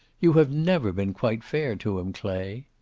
you have never been quite fair to him, clay.